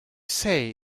say